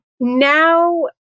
Now